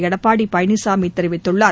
எடப்பாடி பழனிசாமி தெரிவித்துள்ளார்